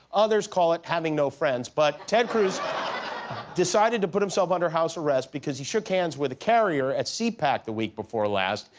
others call it having no friends. but ted cruz decided to put himself under house arrest because he shook hands with a carrier at cpac the week before last.